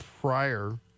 prior